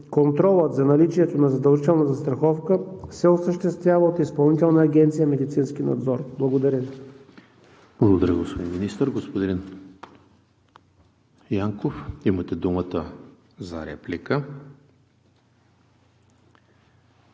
Контролът за наличието на задължителна застраховка се осъществява от Изпълнителна агенция „Медицински надзор“. Благодаря Ви. ПРЕДСЕДАТЕЛ ЕМИЛ ХРИСТОВ: Благодаря, господин Министър. Господин Янков, имате думата за реплика.